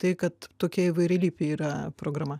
tai kad tokia įvairialypė yra programa